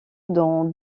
dans